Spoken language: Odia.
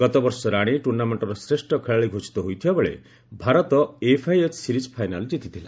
ଗତବର୍ଷ ରାଣୀ ଟ୍ରୁର୍ଣ୍ଣାମେଣ୍ଟର ଶ୍ରେଷ ଖେଳାଳି ଘୋଷିତ ହୋଇଥିବା ବେଳେ ଭାରତ ଏଫ୍ଆଇଏଚ୍ ସିରିଜ୍ ଫାଇନାଲ୍ ଜିତିଥିଲା